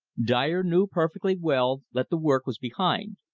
dyer knew perfectly well that the work was behind,